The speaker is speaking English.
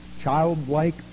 childlike